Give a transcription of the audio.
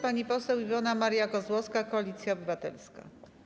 Pani poseł Iwona Maria Kozłowska, Koalicja Obywatelska.